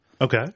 okay